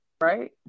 right